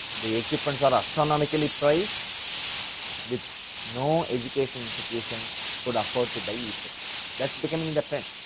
the equipments are astronomically priced with no educational institutions could afford to buy easily that is becoming in the trend.